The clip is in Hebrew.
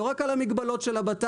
לא רק על המגבלות של הבט"פ,